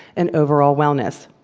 and overall wellness.